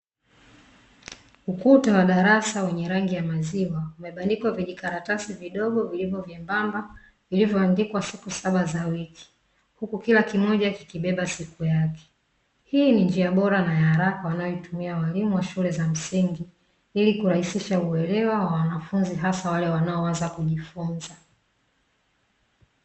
Ukuta wa darasa wenye rangi ya maziwa, umebandikwa vijikaratasi vidogo vilivyo vyembamba, vilivyoandikwa siku saba za wiki, huku kila kimoja kikibeba siku yake. Hii ni njia bora na ya haraka wanayoitumia walimu wa shule za msingi, ili kurahisisha uelewa wa wanafunzi hasa wale wanaoanza kujifunza.